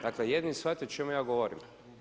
Dakle jedini shvatio o čemu ja govorim.